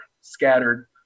scattered